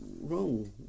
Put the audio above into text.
wrong